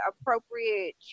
appropriate